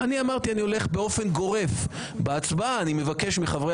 אני אמרתי שאני הולך באופן גורף ובהצבעה אני מבקש מחברי